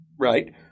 right